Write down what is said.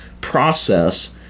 process